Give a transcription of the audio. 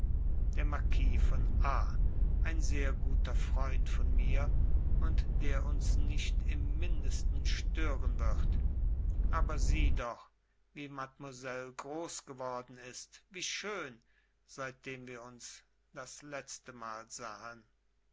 der marquis von a ein sehr guter freund von mir und der uns nicht im mindesten stören wird aber sieh doch wie mademoiselle groß geworden ist wie schön seitdem wir uns das letztemal sahen